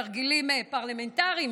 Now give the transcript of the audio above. תרגילים פרלמנטריים,